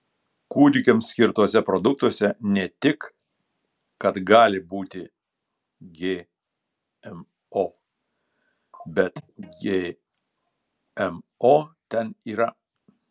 kūdikiams skirtuose produktuose ne tik kad gali būti gmo bet gmo ten yra